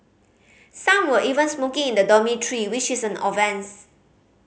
some were even smoking in the dormitory which is an offence